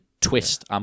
twist